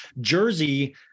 Jersey